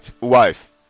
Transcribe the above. wife